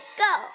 go